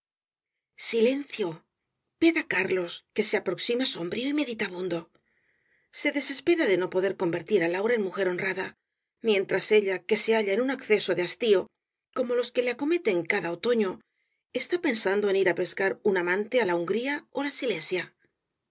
silencio ved á carlos que se aproxima sombrío y meditabundo se desespera de no poder convertir á laura en mujer honrada mientras ella que se halla en un acceso de hastío como los que le acometen cada otoño está pensando en ir á pescar un amante á la hungría ó la silesia